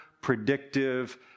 predictive